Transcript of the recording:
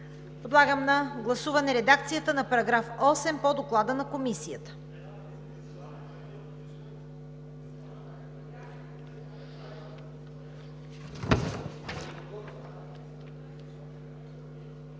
Подлагам на гласуване редакцията на § 1 по Доклада на Комисията.